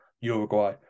Uruguay